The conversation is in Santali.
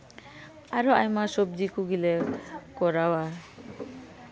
ᱟᱨ ᱦᱚᱸ ᱟᱭᱢᱟ ᱥᱚᱵᱽᱡᱤ ᱠᱚᱜᱮ ᱞᱮ ᱠᱚᱨᱟᱣᱟ